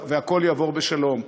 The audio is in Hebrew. והכול יעבור בשלום,